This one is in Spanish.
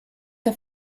que